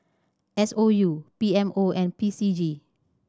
S O U P M O and P C G